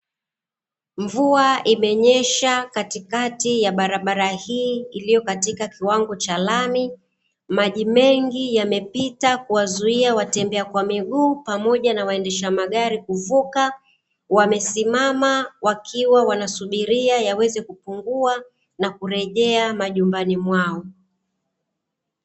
Mvua imenyesha katikati ya barabara hii iliyo katika kiwango cha lami. Maji mengi yamepita kuwazuia watembea kwa miguu, pamoja na waendesha magari kuvuka. Wamesimama wakiwa wanasubiria yaweze kupungua na kurejea majumbani mwao.